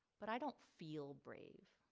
but i don't feel brave.